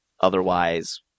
Otherwise